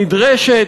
נדרשת,